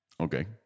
Okay